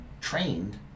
trained